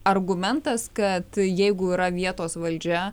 argumentas kad jeigu yra vietos valdžia